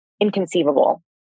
inconceivable